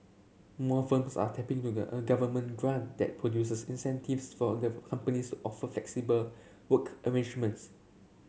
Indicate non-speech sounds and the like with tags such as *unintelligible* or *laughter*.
more firms are tapping to *unintelligible* a Government grant that produces incentives for *unintelligible* companies offer flexible work arrangements